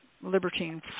libertine